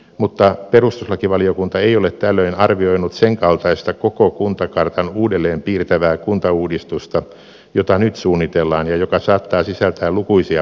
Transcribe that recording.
mutta perustuslakivaliokunta ei ole tällöin arvioinut sen kaltaista koko kuntakartan uudelleen piirtävää kuntauudistusta jota nyt suunnitellaan ja joka saattaa sisältää lukuisia pakkoliitoksia